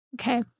Okay